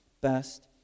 best